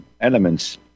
elements